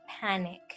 panic